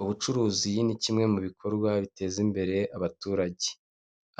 Ubucuruzi ni kimwe mu bikorwa biteza imbere abaturage,